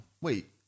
Wait